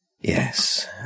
Yes